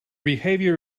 behavior